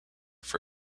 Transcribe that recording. for